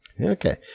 okay